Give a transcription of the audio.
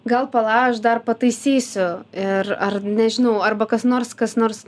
gal pala aš dar pataisysiu ir ar nežinau arba kas nors kas nors